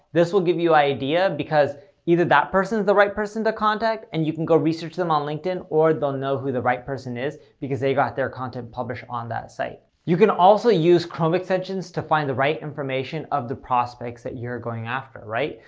this will give you idea because either that person's the right person to contact and you can go research them on linkedin or they'll know who the right person is because they got their content published on that site. you can also use chrome extensions to find the right information of the prospects that you're going after, right?